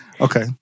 Okay